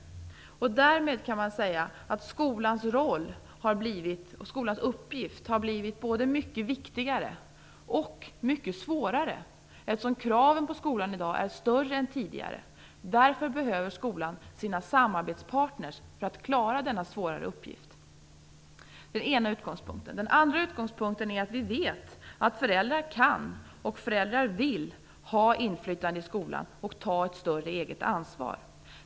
Därmed kan man säga att skolans roll och skolans uppgift har blivit både mycket viktigare och mycket svårare, eftersom kraven på skolan i dag är större än tidigare. Därför behöver skolan sina samarbetspartner för att klara denna svårare uppgift. Det är den ena utgångspunkten. Den andra utgångspunkten är att vi vet att föräldrar kan och att föräldrar vill ha inflytande i skolan och ta ett större eget ansvar.